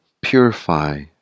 purify